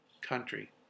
country